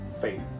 faith